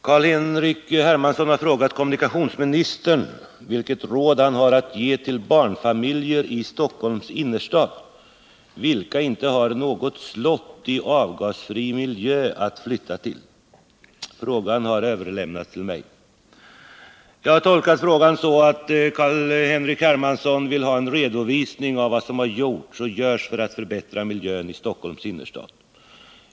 Herr talman! Carl-Henrik Hermansson har frågat kommunikationsministern vilket råd han har att ge till barnfamiljer i Stockholms innerstad, vilka inte har något slott i avgasfri miljö att flytta till. Frågan har överlämnats till mig. Jag har tolkat frågan så att Carl-Henrik Hermansson vill ha en redovisning av vad som gjorts och görs för att förbättra miljön i Stockholms innerstad.